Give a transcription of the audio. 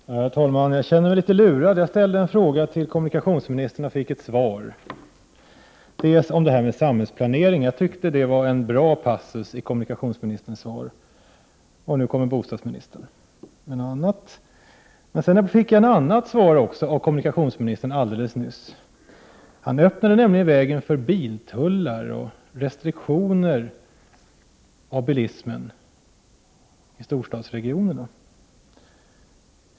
Herr talman! Jag känner mig litet lurad. Jag ställde en fråga till kommunikationsministern om samhällsplanering, och den passus i kommunikationsministerns svar där det lämnades besked på den punkten tyckte jag var bra. Men nu kommer bostadsministern med ett annat besked. Jag fick alldeles nyss också ett annat svar av kommunikationsministern. Han öppnade där vägen för biltullar och restriktioner på bilismen i storstadsregionerna.